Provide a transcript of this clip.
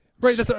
Right